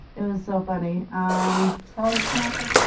it was so funny. um charles sniper.